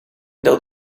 though